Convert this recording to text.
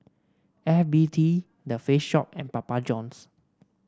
F B T The Face Shop and Papa Johns